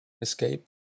Escape